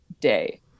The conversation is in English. day